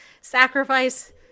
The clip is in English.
sacrifice